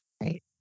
Right